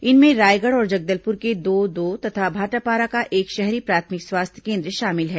इनमें रायगढ़ और जगदलपुर के दो दो तथा भाटापारा का एक शहरी प्राथमिक स्वास्थ्य केन्द्र शामिल है